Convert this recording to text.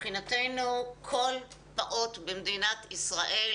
מבחינתנו כל פעוט במדינת ישראל